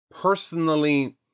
personally